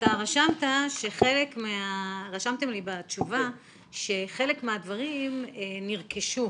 רשמתם לי בתשובה שחלק מהדברים נרכשו,